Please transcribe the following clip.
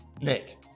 Nick